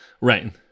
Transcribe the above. Right